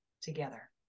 together